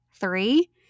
Three